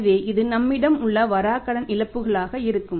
எனவே இது நம்மிடம் உள்ள வராக்கடன் இழப்புகளாக இருக்கும்